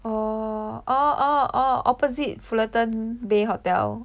oh orh orh orh opposite Fullerton Bay Hotel